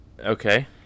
Okay